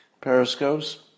periscopes